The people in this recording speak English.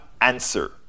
answer